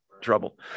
trouble